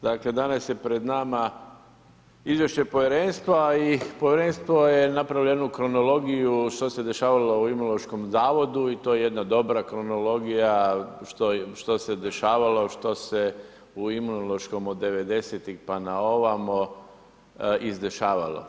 Dakle danas je pred nama izvješće povjerenstva i povjerenstvo je napravilo kronologiju što se dešavalo u Imunološkom zavodu i to je jedna dobra kronologija što se dešavalo, što se u Imunološkom od '90ih pa na ovamo izdešavalo.